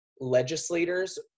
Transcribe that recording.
legislators